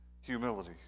humility